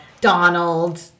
Donald